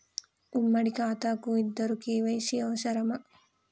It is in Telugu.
ఉమ్మడి ఖాతా కు ఇద్దరు కే.వై.సీ అవసరమా?